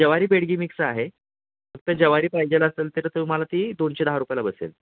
जवारी बेडगी मिक्स आहे फक्त जवारी पाहिजेल असेल तर तुम्हाला ती दोनशे दहा रुपयाला बसेल